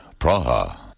Praha